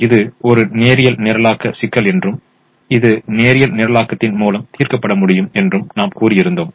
இது ஒரு நேரியல் நிரலாக்க சிக்கல் என்றும் இது நேரியல் நிரலாக்கத்தின் மூலம் தீர்க்கப்பட முடியும் என்றும் நாம் கூறி இருந்தோம்